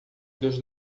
dos